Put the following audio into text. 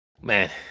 man